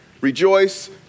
Rejoice